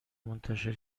منتشر